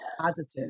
positive